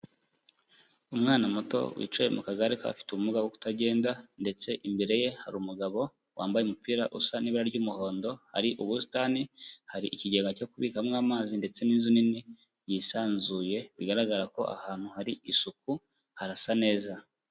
Umwana muto wicaye mu kagare k'abafite ubumuga bwo kutagenda ndetse imbere ye hari umugabo wambaye umupira usa n'iraba ry'umuhondo, hari ubusitani, hari ikigega cyo kubikamo amazi ndetse n'inzu nini yisanzuye, bigaragara ko ahantu hari isuku, harasa neza.